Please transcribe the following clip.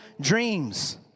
dreams